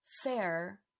fair